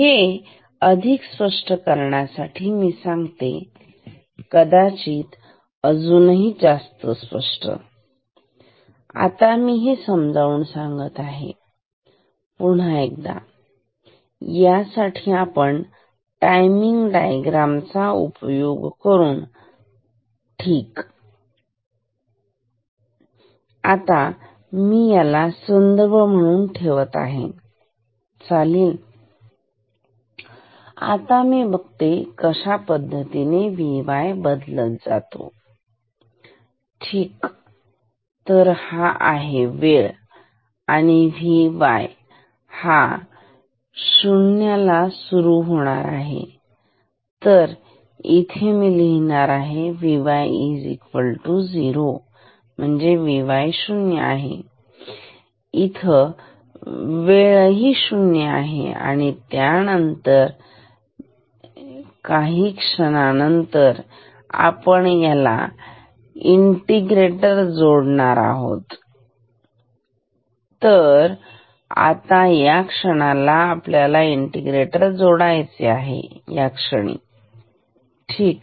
हे अधिक स्पष्ट करण्यासाठी मी सांगते कदाचित अजूनही जास्त स्पष्ट आता मी हे समजावून सांगत आहे पुन्हा एकदा यासाठी आपण टाइमिंग डायग्राम चा उपयोग करून ठीक आता मी याला संदर्भ म्हणून ठेवत आहे चालेल आता मी बघते कशा पद्धतीने Vy बदलत आहे ठीक तर हा आहे वेळ आणि हा Vy इथे शून्याला सुरू झाला तर इथे मी करणार आहे V y 0 इथे वेळ शून्य असेल आणि त्यानंतर या क्षणाला आपण येथे इंटिग्रेटेड जोडणार आहोत Vx तर आता या क्षणाला आपल्याला इनटिग्रेटर जोडायचे आहे ह्या क्षणी ठीक